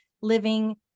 living